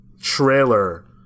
trailer